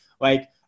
like-